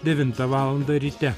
devintą valandą ryte